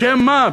בשם מה?